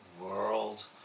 world